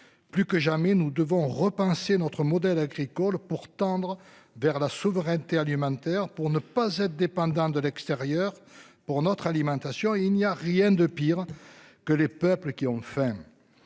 Plus que jamais, nous devons repenser notre modèle agricole pour tendre vers la souveraineté alimentaire pour ne pas être dépendant de l'extérieur pour notre alimentation et il n'y a rien de pire que les peuples qui ont enfin.